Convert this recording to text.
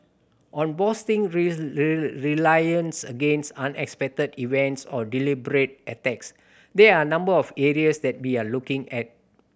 on boosting against unexpected events or deliberate attacks there are a number of areas that we are looking at